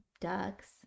ducks